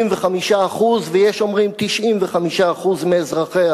ו-75% מאזרחיה,